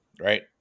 right